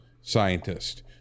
scientist